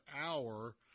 hour